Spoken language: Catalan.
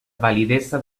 validesa